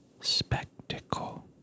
spectacle